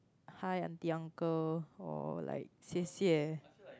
hi aunty uncle or like 谢谢